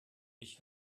ich